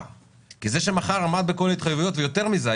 כי זה שמכר עמד בכל ההתחייבויות ויותר מזה,